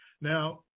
Now